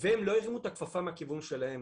והם לא הרימו את הכפפה מהכיוון שלהם,